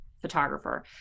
photographer